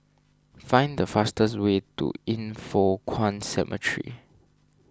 find the fastest way to Yin Foh Kuan Cemetery